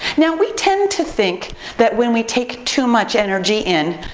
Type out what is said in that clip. now, we tend to think that when we take too much energy in,